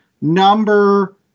number